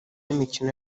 n’imikino